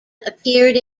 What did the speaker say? appeared